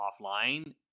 offline